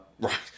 Right